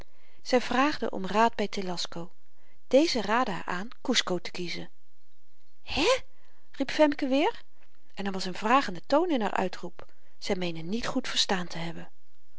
zy vraagde om raad by telasco deze raadde haar aan kusco te kiezen hé riep femke weêr en er was een vragende toon in haar uitroep zy meende niet goed verstaan te hebben